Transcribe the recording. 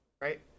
right